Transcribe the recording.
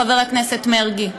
חבר הכנסת מרגי,